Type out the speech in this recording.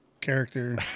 character